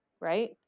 right